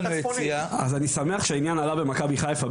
אז אני שמח שהעניין עלה במכבי חיפה,